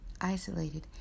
isolated